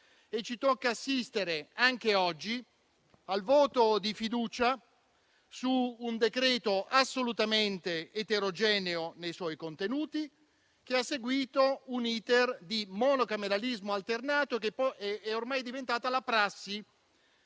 e ci tocca assistere anche oggi al voto di fiducia su un decreto assolutamente eterogeneo nei suoi contenuti, che ha seguito un *iter* di monocameralismo alternato, che è ormai diventato la prassi